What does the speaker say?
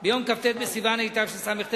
ביום כ"ט בסיוון התשס"ט,